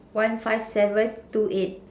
one five seven two eight